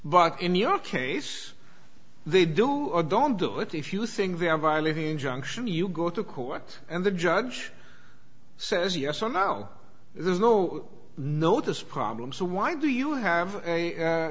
but in your case they do or don't do it if you think they are violating injunction you go to court and the judge says yes so now there's no notice problem so why do you have